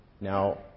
Now